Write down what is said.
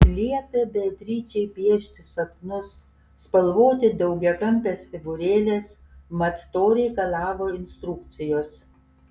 liepė beatričei piešti sapnus spalvoti daugiakampes figūrėles mat to reikalavo instrukcijos